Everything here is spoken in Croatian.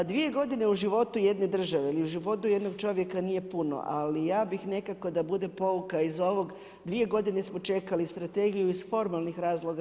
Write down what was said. Dvije godine u životu jedne države ili u životu jednog čovjeka nije puno, ali ja bih nekako da bide pouka iz ovog, dvije godine smo čekali strategiju iz formalnih razloga.